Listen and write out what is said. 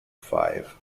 five